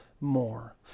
more